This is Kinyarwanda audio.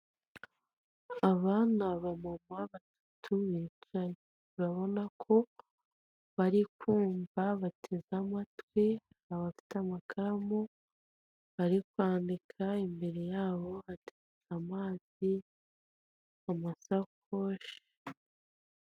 Aba ni abamama batatu bicaye. Urabona ko bari kumva, bateze amatwi, abafite amakaramu, bari kwandika, imbere yabo hateretse amazi, amasakoshi.